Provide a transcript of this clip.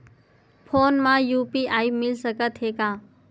Phone मा UPI मिल सकत हे का?